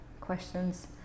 Questions